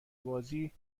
بازی